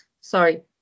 sorry